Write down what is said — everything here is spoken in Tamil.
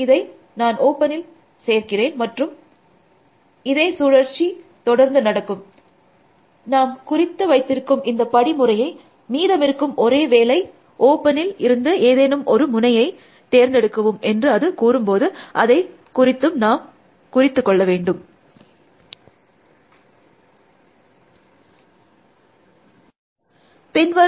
இதை நான் ஓப்பனில் சேர்க்கிறேன் மற்றும் இதே சுழற்சி தொடர்ந்து நடக்கும் நாம் குறித்து வைத்திருக்கும் இந்த படிமுறை மீதமிருக்கும் ஒரே வேலை ஓப்பனில் இருந்து ஏதேனும் ஒரு முனையை தேர்ந்தெடுக்கவும் என்று அது கூறும்போது அதை குறித்தும் நாம் குறித்து கொள்ள வேண்டும்